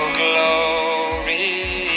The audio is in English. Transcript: glory